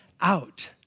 out